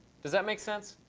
does that make sense?